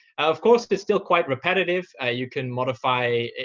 of course, it's still quite repetitive. you can modify,